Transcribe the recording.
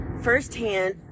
firsthand